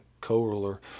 co-ruler